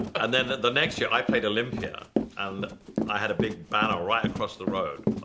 and then the next year i played olympia and i had a big banner right across the road,